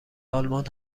آلمان